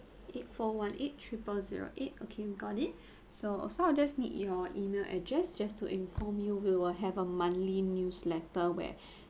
eight four one eight triple zero eight okay we got it so so I'll just need your email address just to inform you we will have a monthly newsletter where